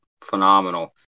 phenomenal